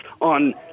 on